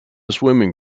swimming